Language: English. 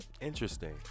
Interesting